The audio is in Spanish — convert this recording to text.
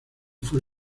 fue